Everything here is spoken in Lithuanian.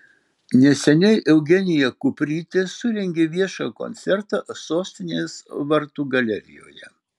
neseniai eugenija kuprytė surengė viešą koncertą sostinės vartų galerijoje